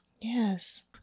Yes